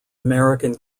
american